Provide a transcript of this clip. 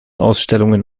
ausstellungen